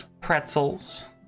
pretzels